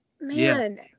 man